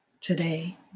today